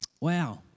wow